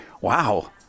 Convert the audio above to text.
wow